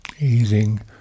easing